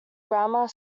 grammar